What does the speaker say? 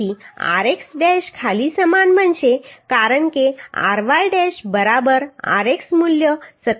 તેથી rx dash ખાલી સમાન બનશે કારણ કે ry ડૅશ બરાબર rx મૂલ્ય 27